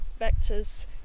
vectors